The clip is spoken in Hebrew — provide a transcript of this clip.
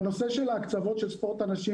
בנושא של ההקצבות של ספורט הנשים,